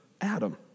Adam